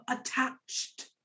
attached